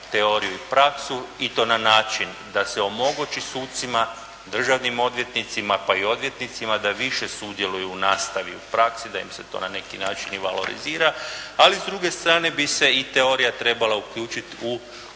teoriju i praksu i to na način da se omogući sucima, državnim odvjetnicima pa i odvjetnicima da više sudjeluju u nastavi u praksi, da im se to na neki način i valorizira, ali s druge strane bi se i teorija trebala uključiti u onaj